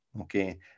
Okay